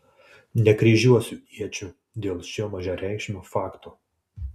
nekryžiuosiu iečių dėl šio mažareikšmio fakto